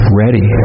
ready